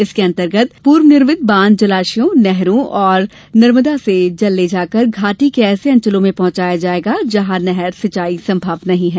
इसके अंतर्गत पूर्व निर्मित बांध जलाशयों नहरों और नर्मदा से जल ले जाकर घाटी के ऐसे अंचलों में पहुंचाया जायेगा जहां नहर सिंचाई संभव नही है